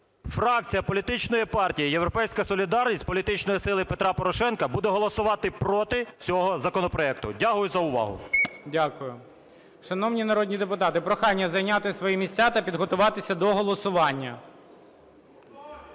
фракція політичної партії "Європейська солідарність" політичної сили Петра Порошенка буде голосувати проти цього законопроекту. Дякую за увагу. ГОЛОВУЮЧИЙ. Дякую. Шановні народні депутати, прохання зайняти свої місця та підготуватися до голосування.